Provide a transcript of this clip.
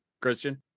Christian